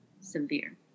severe